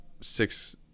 six